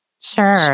sure